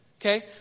Okay